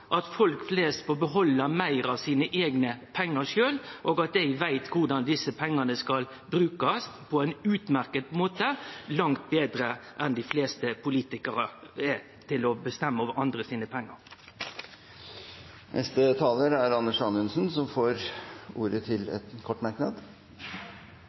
at det er bra at folk flest får behalde meir av sine eigne pengar, og at dei veit korleis desse pengane skal brukast på ein utmerkt måte, langt betre enn dei fleste politikarar er til å bestemme over andre sine pengar. Statsråd Anders Anundsen har hatt ordet to ganger tidligere og får ordet til